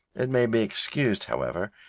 it may be excused, however,